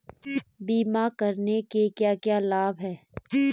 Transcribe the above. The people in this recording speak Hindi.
बीमा करने के क्या क्या लाभ हैं?